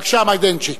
בבקשה, מיידנצ'יק.